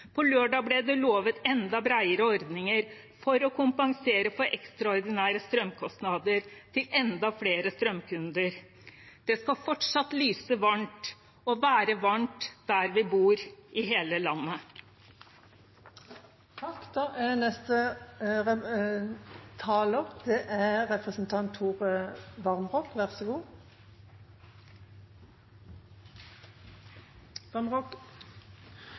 På lørdag ble det lovet enda bredere ordninger for å kompensere for ekstraordinære strømkostnader til enda flere strømkunder. Det skal fortsatt lyse varmt og være varmt der vi bor i hele landet. Jeg er